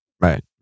right